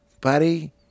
buddy